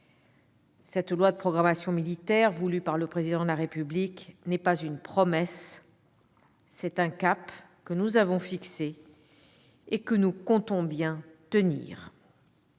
Cette loi de programmation militaire voulue par le Président de la République n'est pas une promesse ; c'est un cap que nous avons fixé et que nous comptons bien tenir.